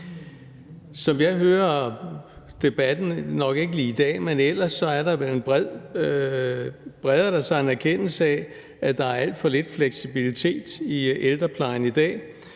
Som jeg hører debatten, nok ikke lige i dag, men ellers, breder der sig en erkendelse af, at der er alt for lidt fleksibilitet i ældreplejen i dag,